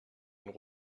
and